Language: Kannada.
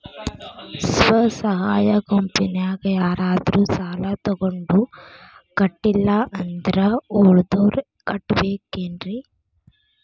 ಸ್ವ ಸಹಾಯ ಗುಂಪಿನ್ಯಾಗ ಯಾರಾದ್ರೂ ಸಾಲ ತಗೊಂಡು ಕಟ್ಟಿಲ್ಲ ಅಂದ್ರ ಉಳದೋರ್ ಕಟ್ಟಬೇಕೇನ್ರಿ?